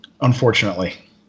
Unfortunately